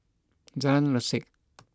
Jalan Resak